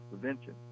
prevention